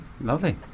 Lovely